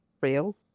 real